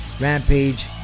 Rampage